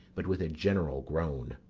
but with a general groan.